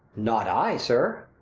not i, sir!